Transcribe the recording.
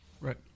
Right